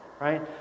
right